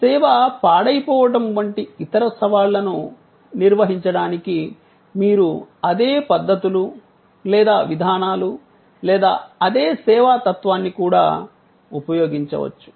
సేవ పాడైపోవడం వంటి ఇతర సవాళ్లను నిర్వహించడానికి మీరు అదే పద్ధతులు లేదా విధానాలు లేదా అదే సేవా తత్వాన్ని కూడా ఉపయోగించవచ్చు